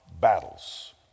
battles